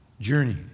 journey